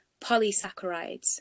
polysaccharides